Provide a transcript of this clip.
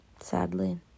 sadly